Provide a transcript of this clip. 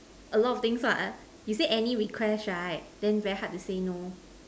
a lot of things what you said any requests right then very hard to say no